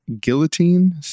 Guillotine